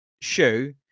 shoe